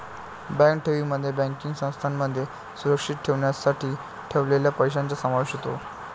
bank ठेवींमध्ये banking संस्थांमध्ये सुरक्षित ठेवण्यासाठी ठेवलेल्या पैशांचा समावेश होतो